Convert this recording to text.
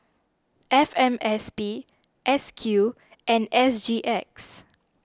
F M S P S Q and S G X